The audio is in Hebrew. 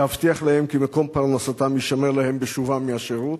להבטיח להם כי מקום פרנסתם יישמר להם בשובם מהשירות,